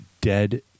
dead